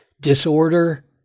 disorder